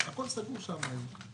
הכול סגור שם עכשיו.